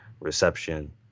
reception